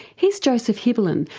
here's joseph hibbelin,